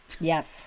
Yes